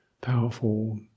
powerful